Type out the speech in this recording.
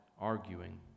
arguing